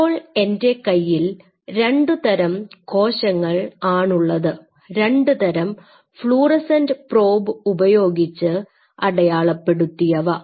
ഇപ്പോൾ എൻറെ കയ്യിൽ രണ്ടു തരം കോശങ്ങൾ ആണുള്ളത് രണ്ടുതരം ഫ്ലൂറോസെന്റ് പ്രോബ് ഉപയോഗിച്ച് അടയാളപ്പെടുത്തിയവ